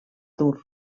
dur